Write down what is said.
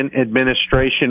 administration